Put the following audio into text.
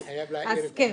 אני חייב להאיר את עיניו.